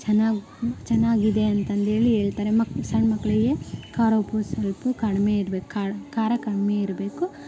ಚೆನ್ನಾಗ್ ಚೆನ್ನಾಗಿದೆ ಅಂತಂದೇಳಿ ಹೇಳ್ತಾರೆ ಮಕ್ ಸಣ್ಣ ಮಕ್ಕಳಿಗೆ ಖಾರ ಉಪ್ಪು ಸ್ವಲ್ಪ ಕಡಿಮೆ ಇರ್ಬೇಕು ಖಾರ ಖಾರ ಕಮ್ಮಿ ಇರಬೇಕು